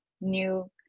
new